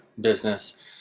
business